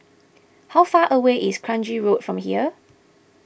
how far away is Kranji Road from here